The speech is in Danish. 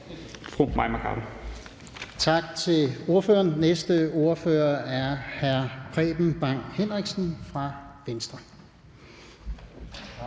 Tak til ordføreren. Næste ordfører er hr. Preben Bang Henriksen fra Venstre.